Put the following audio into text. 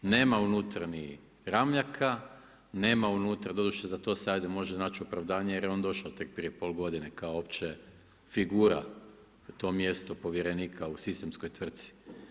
Nema unutra ni Ramljaka, nema unutra doduše za to se hajde može naći opravdanje jer je on došao tek prije pol godine kao uopće figura na to mjesto povjerenika u sistemskoj tvrtci.